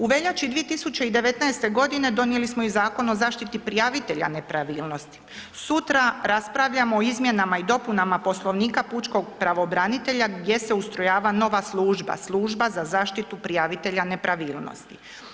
U veljači 2019. g. donijeli smo i Zakon o zaštiti prijavitelja nepravilnosti, sutra raspravljamo o izmjenama i dopunama poslovnika pučkog pravobranitelja gdje se ustrojava nova služba, služba za zaštitu prijavitelja nepravilnosti.